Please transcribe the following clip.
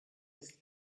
was